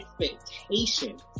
expectations